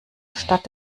stadt